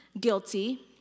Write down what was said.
guilty